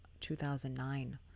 2009